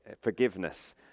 forgiveness